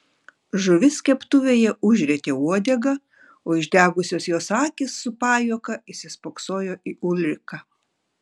žuvis keptuvėje užrietė uodegą o išdegusios jos akys su pajuoka įsispoksojo į ulriką